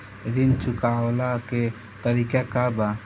ऋण चुकव्ला के तरीका का बा?